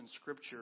Scripture